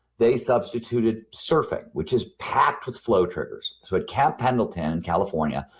they substituted surfing which is packed with flow triggers. so ah camp pendleton in california,